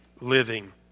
living